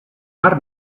mar